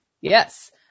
Yes